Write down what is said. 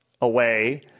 away